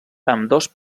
ambdós